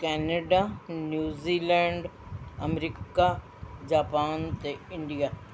Canada New Zealand America Japan ਅਤੇ India